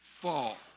fall